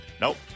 Nope